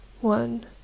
One